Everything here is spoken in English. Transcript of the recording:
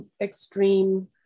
Extreme